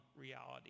reality